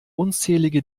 unzählige